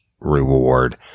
reward